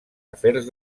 afers